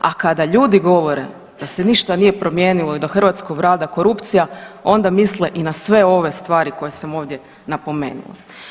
A kada ljudi govore da se ništa nije promijenilo i da Hrvatskom vlada korupcija onda misle i na sve ove stvari koje sam ovdje napomenula.